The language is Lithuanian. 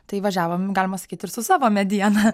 tai važiavom galima sakyt ir su savo mediena